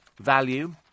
value